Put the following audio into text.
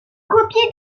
copie